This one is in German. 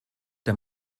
der